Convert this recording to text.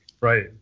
Right